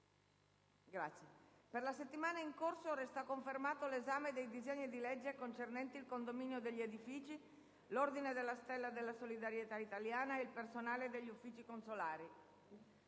febbraio. Per la settimana in corso resta confermato l'esame dei disegni di legge concernenti il condominio degli edifici, l'Ordine della Stella della solidarietà italiana e il personale degli uffici consolari.